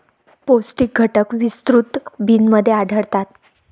पौष्टिक घटक विस्तृत बिनमध्ये आढळतात